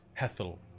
Hethel